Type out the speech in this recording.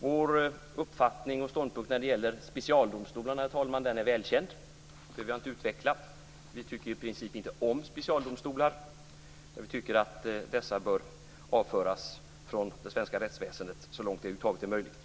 Vår uppfattning om specialdomstolarna är välkänd, herr talman. Den behöver jag inte utveckla. Vi tycker i princip inte om specialdomstolar utan anser att dessa bör avföras från det svenska rättsväsendet så långt det över huvud taget är möjligt.